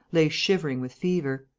lay shivering with fever.